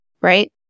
right